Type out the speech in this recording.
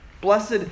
Blessed